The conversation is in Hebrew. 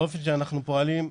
באופן שאנחנו כיום פועלים,